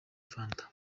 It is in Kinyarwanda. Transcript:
fanta